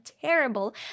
terrible